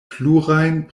plurajn